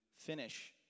finish